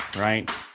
right